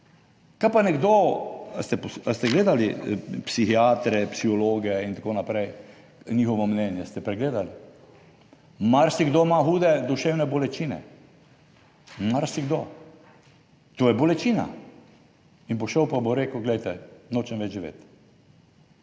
Kaj pa nekdo, ali ste, ali ste gledali psihiatre, psihologe in tako naprej, njihovo mnenje, ste pregledali? Marsikdo ima hude duševne bolečine, marsikdo, to je bolečina in bo šel, pa bo rekel, glejte, nočem več živeti.